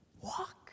walk